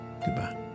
Goodbye